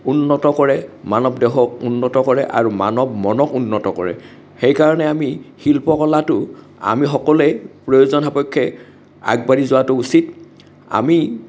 উন্নত কৰে মানৱ দেহক উন্নত কৰে আৰু মানৱ মনক উন্নত কৰে সেইকাৰণে আমি শিল্পকলাটো আমি সকলোৱে প্ৰয়োজন সাপক্ষে আগবাঢ়ি যোৱাটো উচিত আমি